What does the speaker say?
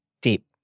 deep